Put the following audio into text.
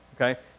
Okay